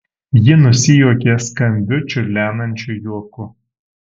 ji nusijuokė skambiu čiurlenančiu juoku